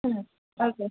okay